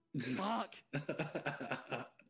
fuck